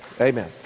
Amen